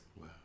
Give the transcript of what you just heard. Wow